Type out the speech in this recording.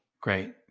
great